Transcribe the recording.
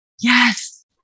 Yes